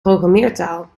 programmeertaal